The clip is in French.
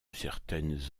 certaines